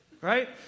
right